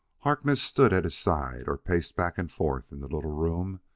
harkness stood at his side or paced back and forth in the little room,